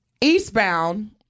eastbound